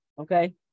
Okay